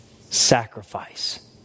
sacrifice